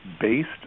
based